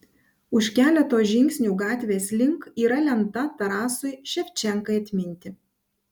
už keleto žingsnių gatvės link yra lenta tarasui ševčenkai atminti